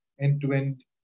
end-to-end